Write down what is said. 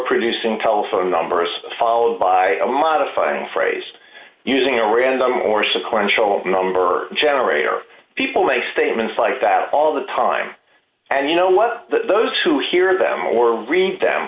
producing telephone numbers followed by a modifying phrase using a random or sequential number generator people make statements like that all the time and you know what those who hear them or read them